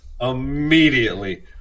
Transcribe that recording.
Immediately